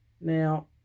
now